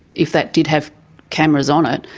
if that did have cameras on it,